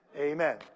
Amen